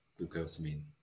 glucosamine